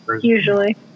usually